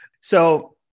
So-